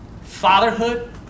fatherhood